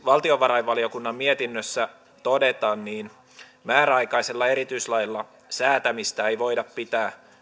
valtiovarainvaliokunnan mietinnössä todetaan määräaikaisella erityislailla säätämistä ei voida pitää